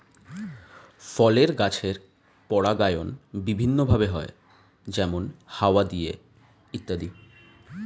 ফলের গাছের পরাগায়ন বিভিন্ন ভাবে হয়, যেমন হাওয়া দিয়ে ইত্যাদি